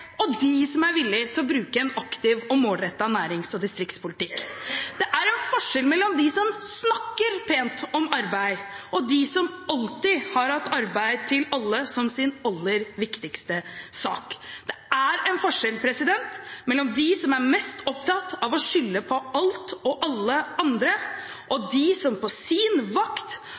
og dem som er villig til å bruke en aktiv og målrettet nærings- og distriktspolitikk. Det er en forskjell mellom dem som snakker pent om arbeid, og dem som alltid har hatt arbeid til alle som sin aller viktigste sak. Det er en forskjell mellom dem som er mest opptatt av å skylde på alt og alle andre, og dem som på sin vakt